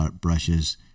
brushes